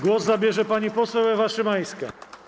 Głos zabierze pani poseł Ewa Szymańska.